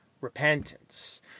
repentance